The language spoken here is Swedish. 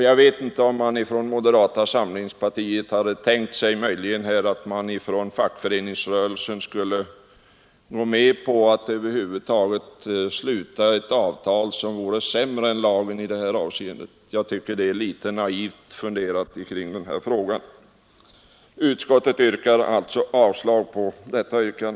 Jag vet inte om man möjligen inom moderata samlingspartiet hade tänkt sig att fackföreningsrörelsen skulle gå med på att sluta avtal som vore sämre än vad som medges i lagens bestämmelser i det här avseendet. Jag tycker att detta är ett litet naivt resonemang. Utskottet yrkar följaktligen avslag på detta förslag.